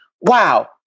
wow